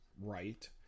right